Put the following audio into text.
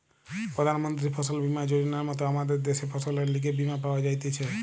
প্রধান মন্ত্রী ফসল বীমা যোজনার মত আমদের দ্যাশে ফসলের লিগে বীমা পাওয়া যাইতেছে